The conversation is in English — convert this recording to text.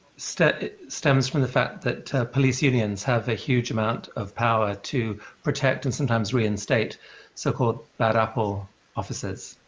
stems stems from the fact that police unions have a huge amount of power to protect and sometimes reinstate so called bad apple officers?